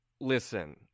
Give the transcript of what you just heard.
Listen